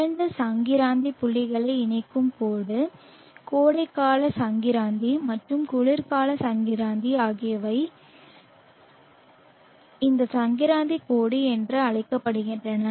இரண்டு சங்கிராந்தி புள்ளிகளை இணைக்கும் கோடு கோடைகால சங்கிராந்தி மற்றும் குளிர்கால சங்கிராந்தி ஆகியவை இந்த சங்கிராந்தி கோடு என்று அழைக்கப்படுகின்றன